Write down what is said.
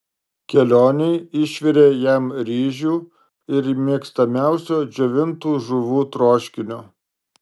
kelionei išvirė jam ryžių ir mėgstamiausio džiovintų žuvų troškinio